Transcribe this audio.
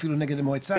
אפילו נגד המועצה,